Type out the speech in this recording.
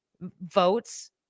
votes